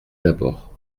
d’abord